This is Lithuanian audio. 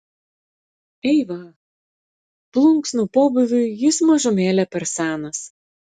eiva plunksnų pobūviui jis mažumėlę per senas